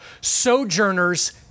sojourners